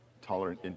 tolerant